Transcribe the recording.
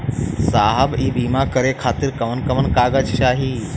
साहब इ बीमा करें खातिर कवन कवन कागज चाही?